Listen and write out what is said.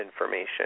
information